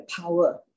power